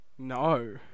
No